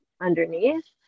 underneath